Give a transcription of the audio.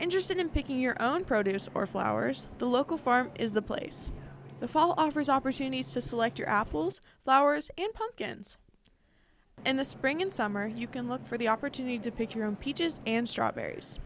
interested in picking your own produce or flowers the local farm is the place the fall offers opportunities to select your apples flowers and pumpkins and the spring in summer you can look for the opportunity to pick your own peaches and strawberries